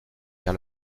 car